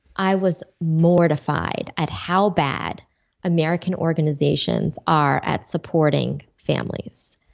i was mortified at how bad american organizations are at supporting families.